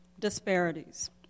Disparities